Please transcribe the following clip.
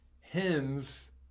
hens